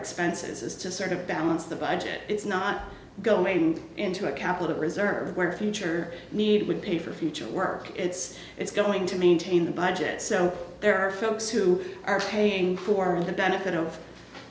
expenses to sort of balance the budget it's not going into a capital reserve where future need would pay for future work it's it's going to maintain the budget so there are folks who are paying for the benefit of